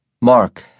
Mark